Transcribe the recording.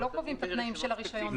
לא קובעים את התנאים של הרישיון.